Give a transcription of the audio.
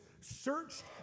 searched